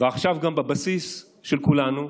ועכשיו גם בבסיס של כולנו: